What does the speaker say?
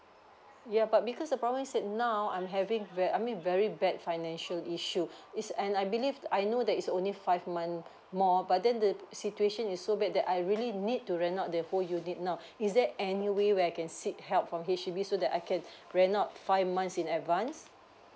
yeah but because the problem is it now I'm having ver~ I mean very bad financial issue it's and I believe I know that it's only five month more but then the situation is so bad that I really need to rent out the whole unit now is there any way where I can seek help from H_D_B so that I can rent out five months in advance